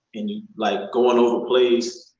and you're like going over plays,